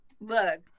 look